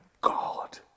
God